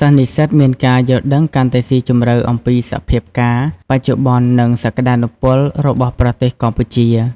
សិស្សនិស្សិតមានការយល់ដឹងកាន់តែស៊ីជម្រៅអំពីសភាពការណ៍បច្ចុប្បន្ន និងសក្ដានុពលរបស់ប្រទេសកម្ពុជា។